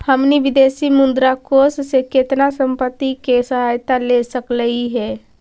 हमनी विदेशी मुद्रा कोश से केतना संपत्ति के सहायता ले सकलिअई हे?